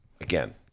again